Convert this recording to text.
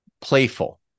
playful